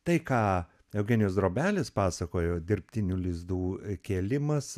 tai ką eugenijus drobelis pasakojo dirbtinių lizdų kėlimas